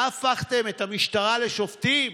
הפכתם את המשטרה לשופטים?